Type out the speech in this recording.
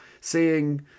Seeing